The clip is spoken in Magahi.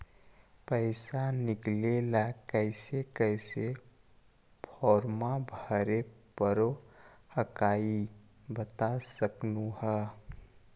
पैसा निकले ला कैसे कैसे फॉर्मा भरे परो हकाई बता सकनुह?